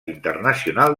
internacional